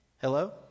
Hello